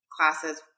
classes